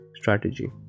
strategy